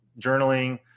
journaling